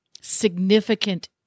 significant